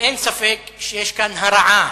אין ספק שיש כאן הרעה